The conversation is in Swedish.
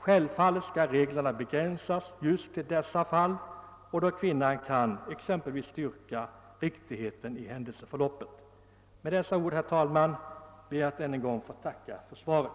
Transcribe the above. Självfallet skall reglerna begränsas till just dessa fall, och en förutsättning skall vara att hon med läkarintyg kan bestyrka riktigheten i händelseförloppet. Med dessa ord, herr talman, ber jag att ännu en gång få tacka för svaret.